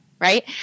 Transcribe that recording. right